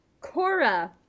Cora